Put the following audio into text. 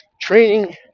training